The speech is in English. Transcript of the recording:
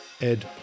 Ed